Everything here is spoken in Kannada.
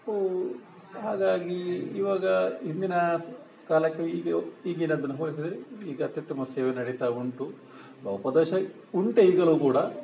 ಕೋ ಹಾಗಾಗಿ ಇವಾಗ ಹಿಂದಿನ ಕಾಲಕ್ಕೆ ಈಗ ಈಗಿನದ್ದನ್ನು ಹೋಲಿಸಿದರೆ ಈಗ ಅತ್ಯುತ್ತಮ ಸೇವೆ ನಡಿತಾ ಉಂಟು ಲೋಪದೋಷ ಉಂಟೇ ಈಗಲೂ ಕೂಡ